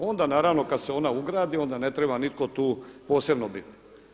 Onda naravno kad se ona ugradi onda ne treba nitko tu posebno bit.